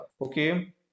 okay